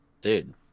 Dude